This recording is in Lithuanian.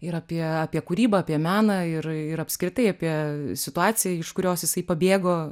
ir apie apie kūrybą apie meną ir ir apskritai apie situaciją iš kurios jisai pabėgo